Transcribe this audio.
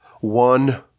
one